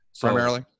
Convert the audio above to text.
primarily